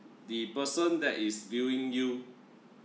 the person that is viewing you